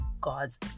God's